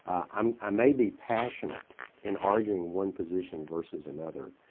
um i may be passionate in arguing one position versus another.